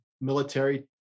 military